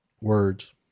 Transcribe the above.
Words